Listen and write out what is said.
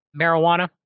marijuana